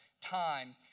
time